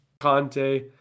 Conte